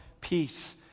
peace